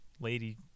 Lady